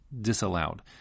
disallowed